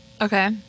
Okay